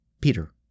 Peter